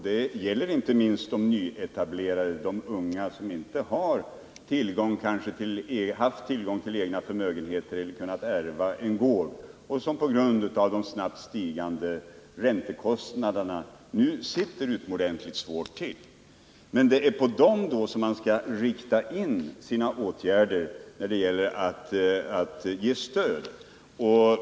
Det gäller inte minst de nyetablerade och de unga, som kanske inte haft tillgång till egna förmögenheter eller ärvt gårdar och som på grund av de snabbt stigande räntekostnaderna nu har en utomordentligt svår situation. Men det är på dem som man skall rikta in sina åtgärder när det gäller att ge stöd.